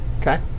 Okay